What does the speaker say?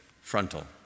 frontal